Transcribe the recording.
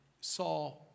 saw